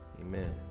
Amen